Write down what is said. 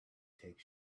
take